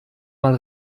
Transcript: mal